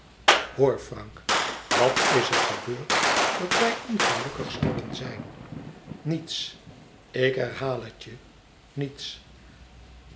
hoor frank wat is er gebeurd dat wij ongelukkig zouden zijn niets ik herhaal het je niets